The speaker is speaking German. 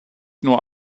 nur